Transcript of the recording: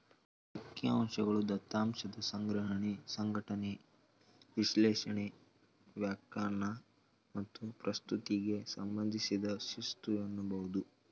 ಅಂಕಿಅಂಶಗಳು ದತ್ತಾಂಶದ ಸಂಗ್ರಹಣೆ, ಸಂಘಟನೆ, ವಿಶ್ಲೇಷಣೆ, ವ್ಯಾಖ್ಯಾನ ಮತ್ತು ಪ್ರಸ್ತುತಿಗೆ ಸಂಬಂಧಿಸಿದ ಶಿಸ್ತು ಎನ್ನಬಹುದು